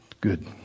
Good